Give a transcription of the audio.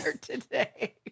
today